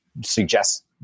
suggest